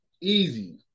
Easy